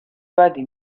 بدی